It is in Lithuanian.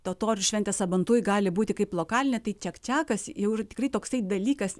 totorių šventė sabantuj gali būti kaip lokalinė tai čiakčiakas jau yra tikrai toksai dalykas